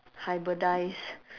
hybridise